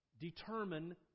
determine